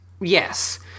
yes